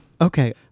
Okay